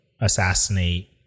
assassinate